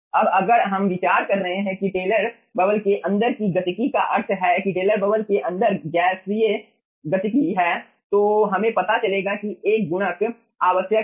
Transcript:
अब अगर हम विचार कर रहे हैं कि टेलर बबल के अंदर की गतिकी का अर्थ है कि टेलर बबल के अंदर गैसीय गतिकी है तो हमें पता चलेगा कि एक गुणक आवश्यक है